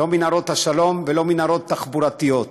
ולא מנהרות שלום ולא מנהרות תחבורתיות,